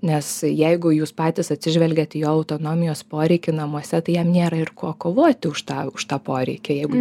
nes jeigu jūs patys atsižvelgiat į jo autonomijos poreikį namuose tai jam nėra ir ko kovoti už tą už tą poreikį jeigu